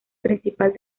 principal